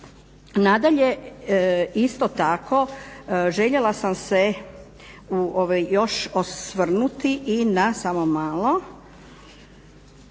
Nadalje, isto tako željela sam se još osvrnuti i na utvrđivanje